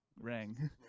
rang